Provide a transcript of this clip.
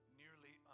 nearly